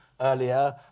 earlier